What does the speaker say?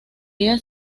día